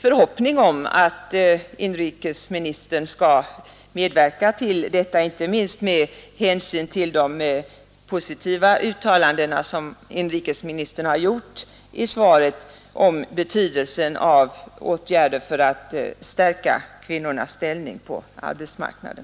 förhoppning om att inrikesministern skall medverka till detta, inte minst med hänsyn till de positiva uttalanden som inrikesministern har gjort i svaret om betydelsen av åtgärder för att stärka kvinnornas ställning på arbetsmarknaden.